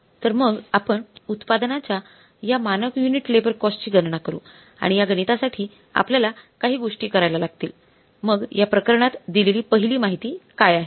तर मग आपण उत्पादनाच्या या मानक युनिट लेबर कॉस्टची गणना करू आणि या गणितासाठी आपल्याला काही गोष्टी करायला लागतील मग या प्रकरणात दिलेली पहिली माहिती काय आहे